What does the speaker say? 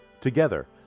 Together